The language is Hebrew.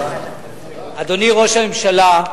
אדוני ראש הממשלה,